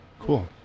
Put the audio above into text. Cool